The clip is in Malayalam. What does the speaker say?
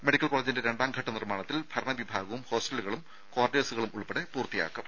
മെഡിക്കൽ കോളജിന്റെ രണ്ടാം ഘട്ട നിർമാണത്തിൽ ഭരണ വിഭാഗവും ഹോസ്റ്റലുകളും ക്വാർട്ടേഴ്സുകളും ഉൾപ്പടെ പൂർത്തിയാക്കും